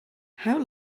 how